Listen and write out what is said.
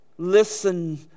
listen